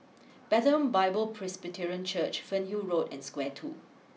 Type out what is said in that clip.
Bethlehem Bible Presbyterian Church Fernhill Road and Square two